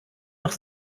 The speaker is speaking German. noch